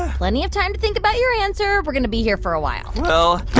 plenty of time to think about your answer. we're going to be here for a while well,